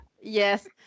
Yes